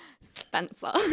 Spencer